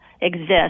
exist